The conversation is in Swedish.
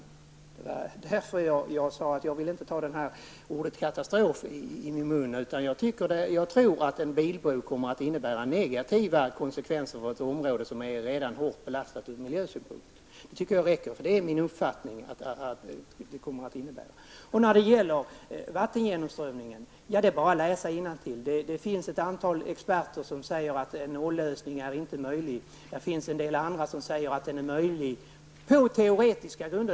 Därför sade jag att jag inte vill ta ordet katastrof i min mun. Jag tror att en bilbro kommer att medföra negativa konsekvenser för ett område som redan är hårt belastat ur miljösynpunkt. Det är min uppfattning, och det tycker jag räcker. När det gäller vattengenomströmningen är det bara att läsa innantill. Det finns ett antal experter som säger att en nollösning inte är möjlig, och det finns en del andra som säger att det är möjligt på teoretiska grunder.